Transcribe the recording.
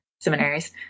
seminaries